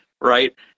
Right